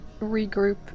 regroup